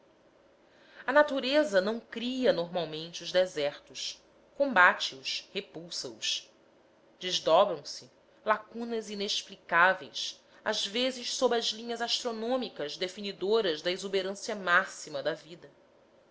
a natureza não cria normalmente os desertos combate os repulsa os desdobram se lacunas inexplicáveis às vezes sob as linhas astronômicas definidoras da exuberância máxima da vida